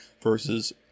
Versus